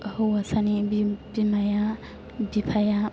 हौवासानि बिमा बिफाया